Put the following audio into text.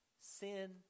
Sin